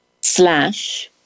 slash